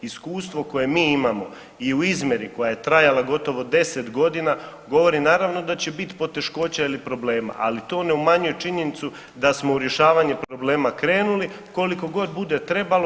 Iskustvo koje mi imamo i u izmjeri koja je trajala gotovo 10 godina govori naravno da će bit poteškoća ili problema, ali to ne umanjuje činjenicu da smo u rješavanje problema krenuli, kolikogod bude trebalo.